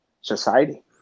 society